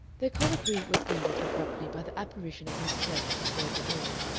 their colloquy was ended abruptly by the apparition of miss klegg at the further door.